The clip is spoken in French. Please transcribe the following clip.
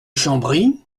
chambry